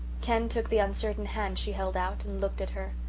ken took the uncertain hand she held out, and looked at her.